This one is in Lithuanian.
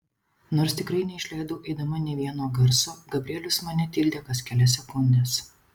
nors tikrai neišleidau eidama nė vieno garso gabrielius mane tildė kas kelias sekundes